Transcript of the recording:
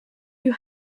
you